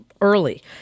early